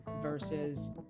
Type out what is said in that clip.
versus